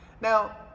Now